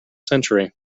century